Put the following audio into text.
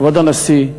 כבוד הנשיא,